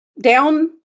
down